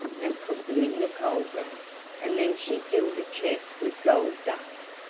and put them in the cauldron and then she filled a chest with gold dust,